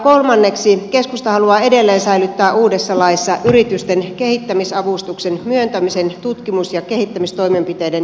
kolmanneksi keskusta haluaa edelleen säilyttää uudessa laissa yritysten kehittämisavustuksen myöntämisen tutkimus ja kehittämistoimenpiteiden valmisteluun